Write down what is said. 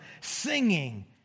singing